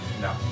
No